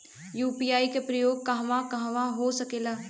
UPI के उपयोग कहवा कहवा हो सकेला?